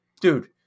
dude